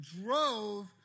drove